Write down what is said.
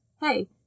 hey